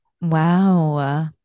Wow